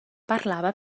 parlava